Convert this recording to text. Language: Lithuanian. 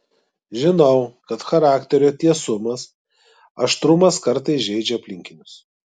žinau kad charakterio tiesumas aštrumas kartais žeidžia aplinkinius